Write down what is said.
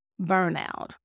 burnout